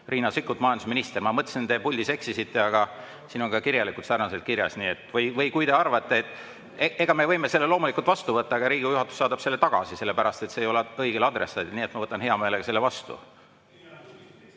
Riina Sikkut, majandusminister. Ma mõtlesin, et te puldis eksisite, aga siin on ka kirjalikult nii. Või kui te arvate … Me võime selle loomulikult vastu võtta, aga Riigikogu juhatus saadab selle tagasi, sellepärast et see ei ole õigele adressaadile. Ma võtan hea meelega selle vastu.